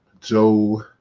joe